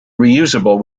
reusable